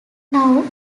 now